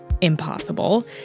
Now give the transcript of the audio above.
impossible